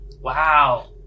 wow